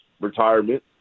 retirement